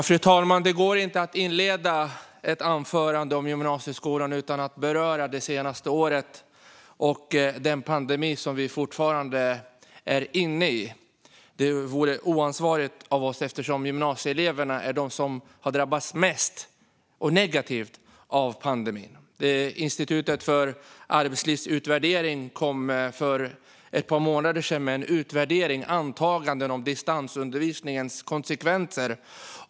Fru talman! Det går inte att inleda ett anförande om gymnasieskolan utan att beröra det senaste året och den pandemi som vi fortfarande är inne i. Det vore oansvarigt av oss eftersom gymnasieeleverna är de som har drabbats mest negativt av pandemin. Institutet för arbetsmarknads och utbildningspolitisk utvärdering kom för ett par månader sedan med en utvärdering med antaganden om distansundervisningens konsekvenser.